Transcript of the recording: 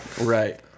Right